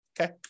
Okay